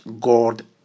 God